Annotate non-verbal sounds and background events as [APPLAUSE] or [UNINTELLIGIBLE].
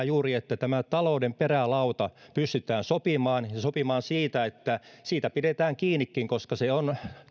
[UNINTELLIGIBLE] juuri se että tästä talouden perälaudasta pystytään sopimaan ja sopimaan siitä että siitä pidetään kiinnikin koska se on